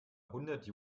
hundert